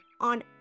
on